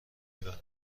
میبرم